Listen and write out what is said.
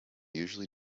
usually